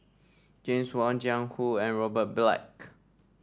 James Wong Jiang Hu and Robert Black